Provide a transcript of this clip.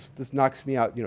this knocks me out. you know